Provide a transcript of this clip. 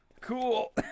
cool